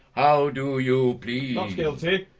how do you plead? not guilty.